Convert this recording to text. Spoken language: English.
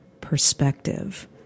perspective